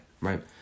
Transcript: right